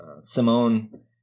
simone